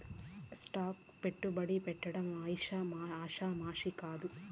stock కు పెట్టుబడి పెట్టడం ఆషామాషీ కాదు